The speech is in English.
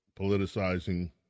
politicizing